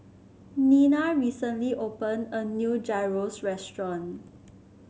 Nina recently opened a new Gyros restaurant